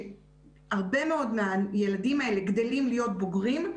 שהרבה מאוד מהילדים האלה גדלים להיות בוגרים,